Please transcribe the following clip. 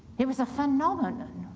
he was a phenomenon,